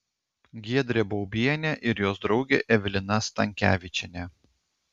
giedrė baubienė ir jos draugė evelina stankevičienė